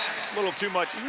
a little too much.